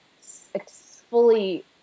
fully